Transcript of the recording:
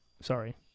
Sorry